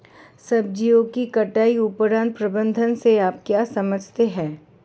सब्जियों की कटाई उपरांत प्रबंधन से आप क्या समझते हैं?